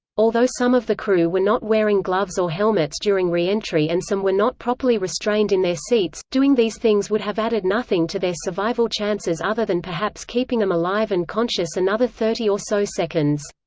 although some of the crew were not wearing gloves or helmets during reentry and some were not properly restrained in their seats, doing these things would have added nothing to their survival chances other than perhaps keeping them alive and conscious another thirty or so seconds.